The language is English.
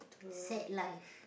sad life